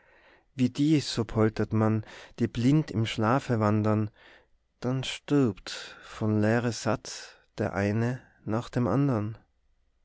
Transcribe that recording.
wie die so poltert man die blind im schlafe wandern dann stirbt von lehre satt der eine nach dem andern